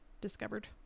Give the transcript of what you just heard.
discovered